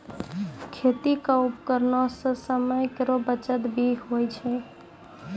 खेती क उपकरण सें समय केरो बचत भी होय छै